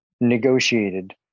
negotiated